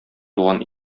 туган